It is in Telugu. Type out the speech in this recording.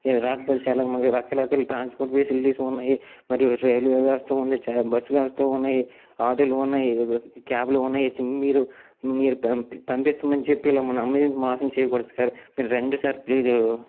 రాకపోయి చాల రకరకాల ట్రాన్స్పోర్ట్ ఫెసిలిటీస్ ఉన్నాయి మరియు రైల్వే వ్యవస్థ ఉంది బస్సు వ్యవస్థ ఉన్నాయి ఆటోలు ఉన్నాయి క్యాబులు ఉన్నాయి మీరు మీరు పం పంపిస్తామని చెప్పి ఇలా నమ్మి మోసముచేయకూడదు సార్ మీరు రండి సార్ ప్లీజు